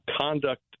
conduct